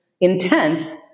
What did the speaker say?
intense